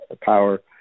power